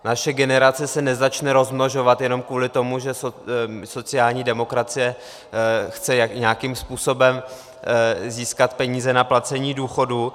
Naše generace se nezačne rozmnožovat jenom kvůli tomu, že sociální demokracie chce nějakým způsobem získat peníze na placení důchodů.